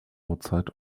outside